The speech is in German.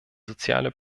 soziale